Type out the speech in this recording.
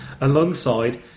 alongside